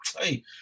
hey